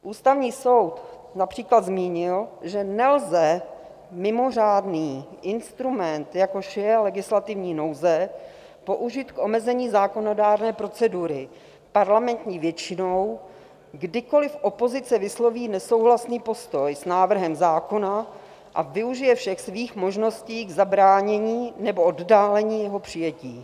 Ústavní soud například zmínil, že nelze mimořádný instrument, jako je legislativní nouze, použít k omezení zákonodárné procedury parlamentní většinou, kdykoli opozice vysloví nesouhlasný postoj s návrhem zákona a využije všech svých možností k zabránění nebo oddálení jeho přijetí.